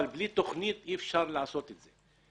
אבל בלי תוכנית אי אפשר לעשות את זה.